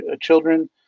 children